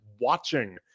watching